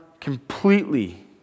completely